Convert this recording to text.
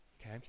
okay